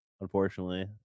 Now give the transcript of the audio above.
unfortunately